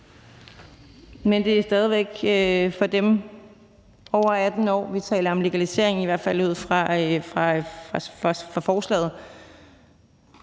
Men det er stadig væk for dem over 18 år, at vi taler om legalisering, i hvert fald ud fra forslaget.